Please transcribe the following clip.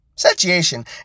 Satiation